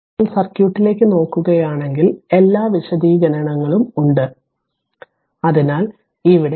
ഇപ്പോൾ സർക്യൂട്ടിലേക്ക് നോക്കുകയാണെങ്കിൽ എല്ലാ വിശദീകരണങ്ങളും ഉണ്ട് പക്ഷേ ഞാൻ ഇപ്പോൾ നേരിട്ട് ഇവിടെ പോകുന്നു